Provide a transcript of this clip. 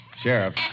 Sheriff